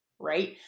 Right